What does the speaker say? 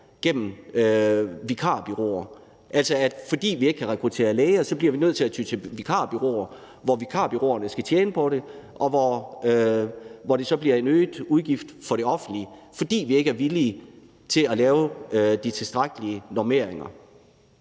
gennem vikarbureauer. Altså, fordi vi ikke kan rekruttere læger, bliver vi nødt til at ty til vikarbureauer, som skal tjene på det, og hvor det så bliver en øget udgift for det offentlige, fordi vi ikke er villige til at lave de tilstrækkelige normeringer.